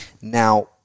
now